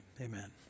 amen